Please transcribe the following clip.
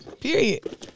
Period